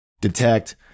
detect